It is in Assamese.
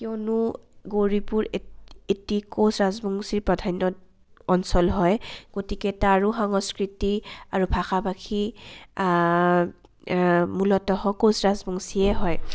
কিয়নো গৌৰীপুৰ এ এটি কোচ ৰাজবংশী প্ৰাধান্য অঞ্চল হয় গতিকে তাৰো সংস্কৃতি আৰু ভাষা ভাষী মূলতঃ কোচ ৰাজবংশীয়ে হয়